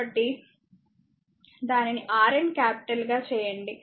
కాబట్టి దానిని Rn capital గా చేయండి